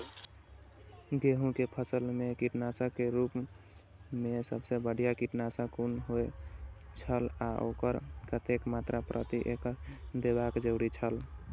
गेहूं के फसल मेय कीटनाशक के रुप मेय सबसे बढ़िया कीटनाशक कुन होए छल आ ओकर कतेक मात्रा प्रति एकड़ देबाक जरुरी छल?